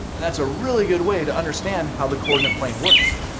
and that's a really good way to understand how the coordinate plane works.